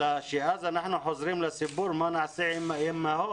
אלא בגלל שאנחנו גם חוזרים לסיפור של מה נעשה אם האימהות